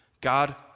God